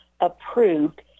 approved